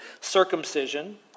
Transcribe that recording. circumcision